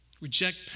Reject